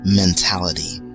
mentality